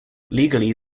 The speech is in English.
legally